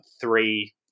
three